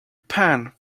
pan